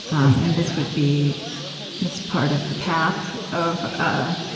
um and this would be this part of the path of ah